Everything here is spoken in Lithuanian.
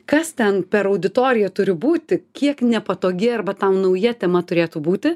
kas ten per auditorija turi būti kiek nepatogi arba tau nauja tema turėtų būti